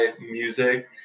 music